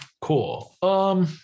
Cool